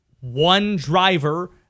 one-driver